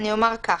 אני אומר כך.